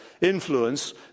influence